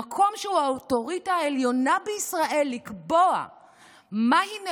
המקום שהוא האוטוריטה העליונה בישראל לקבוע מהי נאורות,